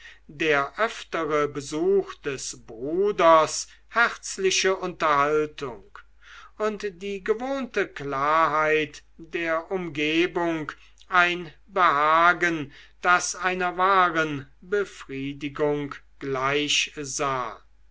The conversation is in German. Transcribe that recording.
der öftere besuch des bruders herzliche unterhaltung und die gewohnte klarheit der umgebung ein behagen das einer wahren befriedigung gleichsah